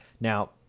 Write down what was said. now